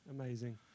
Amazing